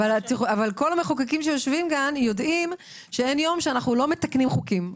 כל המחוקקים שיושבים פה יודעים שאין יום שאנו לא מתקנים חוקים.